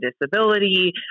disability